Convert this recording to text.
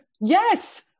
Yes